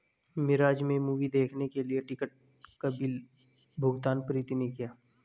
मिराज में मूवी देखने के लिए टिकट का बिल भुगतान प्रीति ने किया